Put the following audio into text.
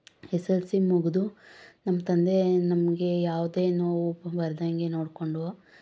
S L C ಮುಗಿದು ನಮ್ಮ ತಂದೆ ನಮಗೆ ಯಾವುದೇ ನೋವು ಬರದಂಗೆ ನೋಡ್ಕೊಂಡು